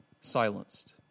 silenced